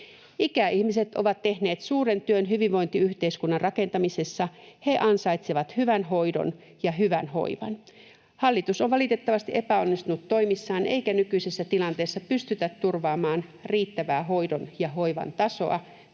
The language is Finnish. Ikäihmiset ovat tehneet suuren työn hyvinvointiyhteiskunnan rakentamisessa. He ansaitsevat hyvän hoidon ja hyvän hoivan. Hallitus on valitettavasti epäonnistunut toimissaan, eikä nykyisessä tilanteessa pystytä turvaamaan riittävää hoidon ja hoivan tasoa.